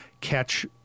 catch